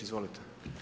Izvolite.